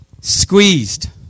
Squeezed